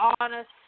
honest